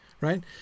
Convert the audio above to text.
right